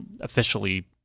officially